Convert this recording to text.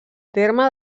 terme